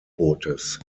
bootes